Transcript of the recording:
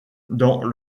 dans